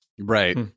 Right